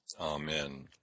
Amen